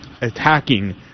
attacking